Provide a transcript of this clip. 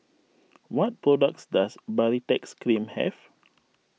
what products does Baritex Cream have